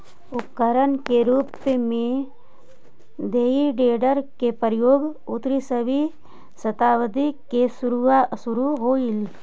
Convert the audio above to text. उपकरण के रूप में हेइ टेडर के प्रयोग उन्नीसवीं शताब्दी में शुरू होलइ